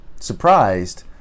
surprised